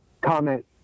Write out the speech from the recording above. comment